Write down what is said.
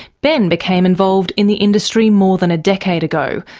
ben became involved in the industry more than a decade ago,